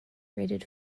rated